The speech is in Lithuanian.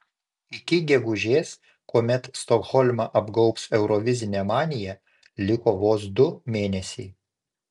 iki gegužės kuomet stokholmą apgaubs eurovizinė manija liko vos du mėnesiai